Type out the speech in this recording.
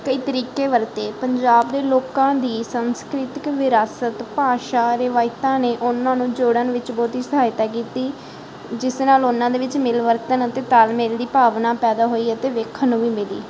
ਕਈ ਤਰੀਕੇ ਵਰਤੇ ਪੰਜਾਬ ਦੇ ਲੋਕਾਂ ਦੀ ਸੰਸਕ੍ਰਿਤਿਕ ਵਿਰਾਸਤ ਭਾਸ਼ਾ ਰਿਵਾਇਤਾਂ ਨੇ ਉਹਨਾਂ ਨੂੰ ਜੋੜਨ ਵਿੱਚ ਬਹੁਤ ਸਹਾਇਤਾ ਕੀਤੀ ਜਿਸ ਨਾਲ ਉਹਨਾਂ ਦੇ ਵਿੱਚ ਮਿਲਵਰਤਣ ਅਤੇ ਤਾਲਮੇਲ ਦੀ ਭਾਵਨਾ ਪੈਦਾ ਹੋਈ ਅਤੇ ਵੇਖਣ ਨੂੰ ਵੀ ਮਿਲੀ